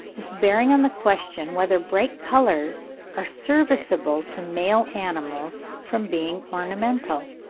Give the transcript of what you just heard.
as bearing on the question whether bright colours are serviceable to male animals from being ornamental.